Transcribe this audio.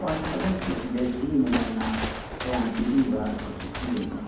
one thousand two ꯍꯟꯗ꯭ꯔꯦꯗꯁꯤꯒꯤ ꯃꯃꯟꯅ ꯀꯌꯥꯝ ꯄꯤꯕꯤꯔꯤꯕ ꯑꯗꯨ ꯈꯛꯁꯨ ꯈꯪꯖꯅꯤꯡꯕ